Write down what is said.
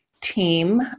team